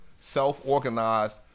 self-organized